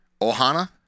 Ohana